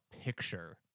picture